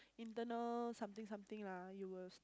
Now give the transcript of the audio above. internal something something lah you will